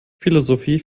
philosophie